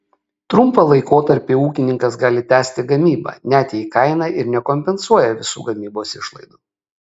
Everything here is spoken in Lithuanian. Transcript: trumpą laikotarpį ūkininkas gali tęsti gamybą net jei kaina ir nekompensuoja visų gamybos išlaidų